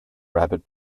rabbit